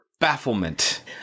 Bafflement